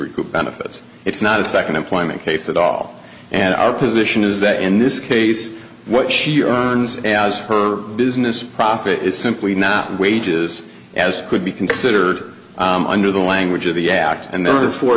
recoup benefits it's not a second employment case at all and our position is that in this case what she earns as her business profit is simply not wages as could be considered under the language of the yakked and there